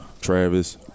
Travis